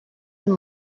and